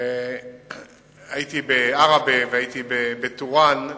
הייתי בעראבה, והייתי בטורעאן,